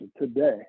today